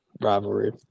rivalry